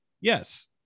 yes